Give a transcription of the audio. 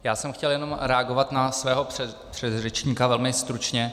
Já jsem chtěl jen reagovat na svého předřečníka, velmi stručně.